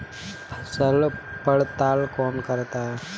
फसल पड़ताल कौन करता है?